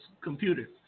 computer